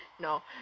no